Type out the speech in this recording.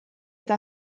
eta